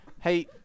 Hey